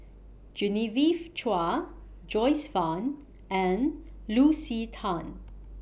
Genevieve Chua Joyce fan and Lucy Tan